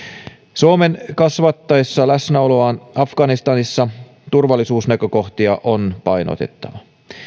suomen kasvattaessa läsnäoloaan afganistanissa turvallisuusnäkökohtia on painotettava